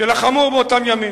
שלחמו באותם ימים.